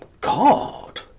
god